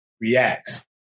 reacts